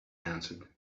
answered